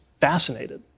fascinated